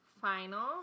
Final